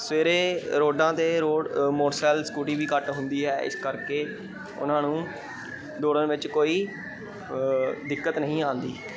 ਸਵੇਰੇ ਰੋਡਾਂ 'ਤੇ ਰੋਡ ਮੋਟਰਸਾਈਲ ਸਕੂਟੀ ਵੀ ਘੱਟ ਹੁੰਦੀ ਹੈ ਇਸ ਕਰਕੇ ਉਹਨਾਂ ਨੂੰ ਦੌੜਨ ਵਿੱਚ ਕੋਈ ਦਿੱਕਤ ਨਹੀਂ ਆਉਂਦੀ